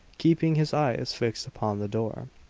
keeping his eyes fixed upon the door.